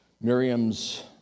Miriam's